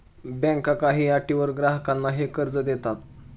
बँका काही अटींवर ग्राहकांना हे कर्ज देतात